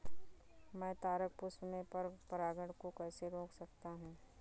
मैं तारक पुष्प में पर परागण को कैसे रोक सकता हूँ?